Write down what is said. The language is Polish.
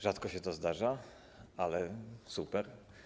Rzadko się to zdarza, ale super.